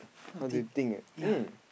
how do you think mm